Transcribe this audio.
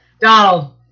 Donald